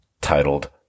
titled